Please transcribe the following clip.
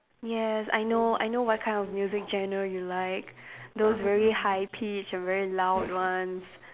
yes I know I know what kind of music genre you like those very high pitch and very loud ones